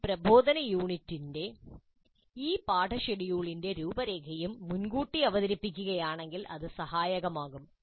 ഈ പ്രബോധനയൂണിറ്റിന്റെ ഈ പാഠഷെഡ്യൂളിന്റെ രൂപരേഖയും മുൻകൂട്ടി അവതരിപ്പിക്കുകയാണെങ്കിൽ ഇത് സഹായകമാകും